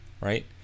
right